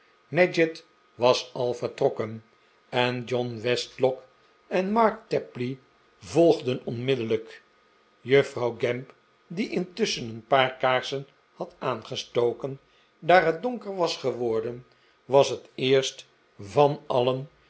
nadgett was al vertrokken en john westlock en mark tapley volgden onmiddellijk juffrouw gamp die intusschen een paar kaarsen had aangestoken daar het donker was geworden was het eerst van alien